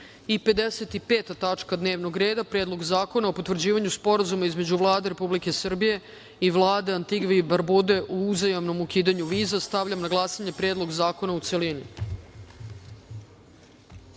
tačka dnevnog reda - Predlog zakona o potvrđivanju Sporazuma između Vlade Republike Srbije i Vlade Antigve i Barbude o uzajamnom ukidanju viza. Stavljam na glasanje Predlog zakona u